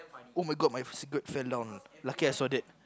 oh-my-god my cigarette fell down lucky I saw that